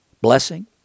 blessing